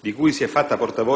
di cui si è fatta portavoce in questi giorni «Famiglia Cristiana»,